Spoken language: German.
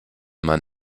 man